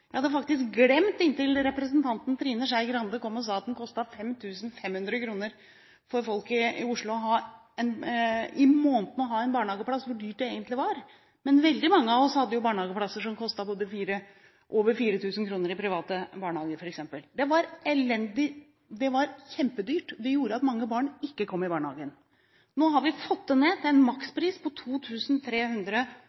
Jeg hadde faktisk glemt – inntil representanten Skei Grande kom og sa at det kostet 5 500 kr per måned for folk i Oslo å ha en barnehageplass – hvor dyrt det egentlig var. Men veldig mange av oss hadde barnehageplasser som kostet over 4 000 kr, f.eks. i private barnehager. Det var kjempedyrt, og det gjorde at mange barn ikke kom i barnehagen. Nå har vi fått det ned til en